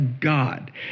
God